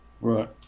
right